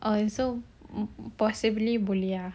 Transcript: oh it's possible boleh